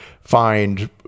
find